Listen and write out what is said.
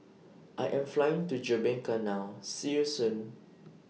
I Am Flying to Jamaica now See YOU Soon